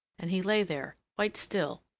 and he lay there, quite still,